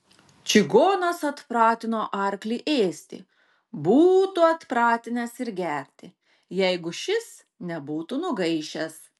čigonas atpratino arklį ėsti būtų atpratinęs ir gerti jeigu šis nebūtų nugaišęs